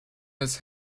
his